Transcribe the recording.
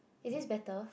is this better